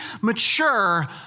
mature